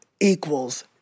equals